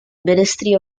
ministry